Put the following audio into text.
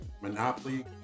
monopoly